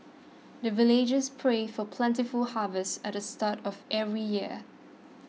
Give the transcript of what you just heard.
the villagers pray for plentiful harvest at the start of every year